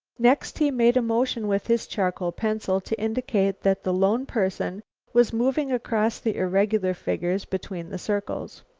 next he made a motion with his charcoal pencil to indicate that the lone person was moving across the irregular figures between the circles.